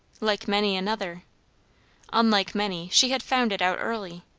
like many another unlike many, she had found it out early.